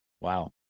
Wow